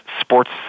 sports